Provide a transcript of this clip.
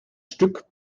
stück